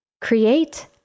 create